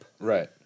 Right